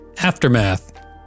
Aftermath